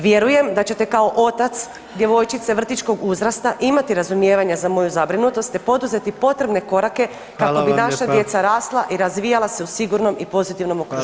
Vjerujem da ćete kao otac djevojčice vrtićkog uzrasta imati razumijevanja za moju zabrinutost te poduzeti potrebne korake [[Upadica: Hvala vam lijepa.]] kako bi naša djeca rasla i razvijala se u sigurnom i pozitivnom okruženju.